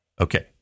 Okay